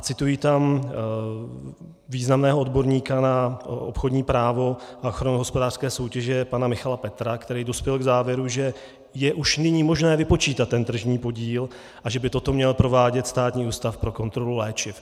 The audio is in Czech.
Citují tam významného odborníka na obchodní právo a ochranu hospodářské soutěže pana Michala Petra, který dospěl k závěru, že je už nyní možné vypočítat tržní podíl a že by to měl provádět Státní ústav pro kontrolu léčiv.